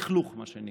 לכלוך, מה שנקרא.